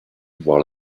voir